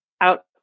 out